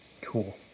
Cool